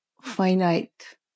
finite